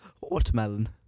watermelon